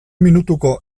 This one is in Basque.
minutuko